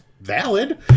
valid